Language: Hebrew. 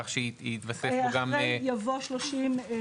כך שיתווסף פה גם --- אחרי "יבוא 36יג,